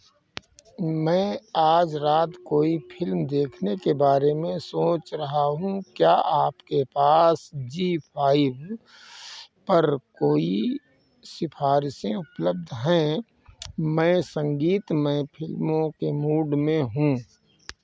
मैं आज रात कोई फिल्म देखने के बारे में सोच रहा हूँ क्या आपके पास जीफाइव पर कोई सिफ़ारिशें उपलब्ध हैं मैं संगीतमय फिल्मों के मूड में हूँ